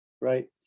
right